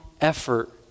effort